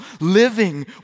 living